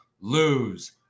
lose